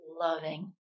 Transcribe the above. loving